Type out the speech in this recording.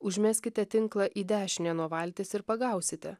užmeskite tinklą į dešinę nuo valties ir pagausite